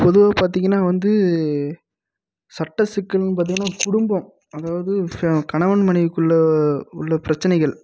பொதுவாக பார்த்தீங்கன்னா வந்து சட்டச்சிக்கல்னு பார்த்தீங்கன்னா குடும்பம் அதாவது ஃபே கணவன் மனைவிக்குள்ள உள்ள பிரச்சனைகள்